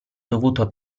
dovuto